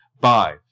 bye